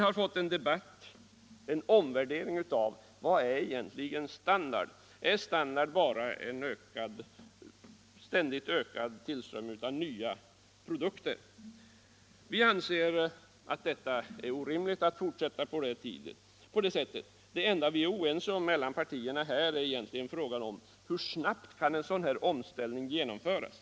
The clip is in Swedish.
Det sker nu en omvärdering av begreppet standard. Hög standard innebär inte bara en ständigt ökad tillströmning av nya produkter. Det är orimligt att fortsätta som förut. Det enda partierna är oense om är egentligen hur snabbt en omställning kan genomföras.